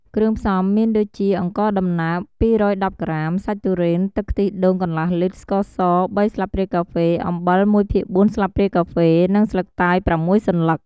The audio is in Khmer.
គ្រឿងផ្សំមានដូចជា អង្ករដំណើប ២១០ក្រាម សាច់ទុរេន ទឹកខ្ទិះដូងកន្លះលីត្រ ស្ករស ៣ស្លាបព្រាកាហ្វេ អំបិល ១ភាគ៤ស្លាបព្រាកាហ្វេ និងស្លឹកតើយ ៦សន្លឹក។